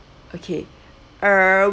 okay err